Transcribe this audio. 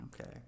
Okay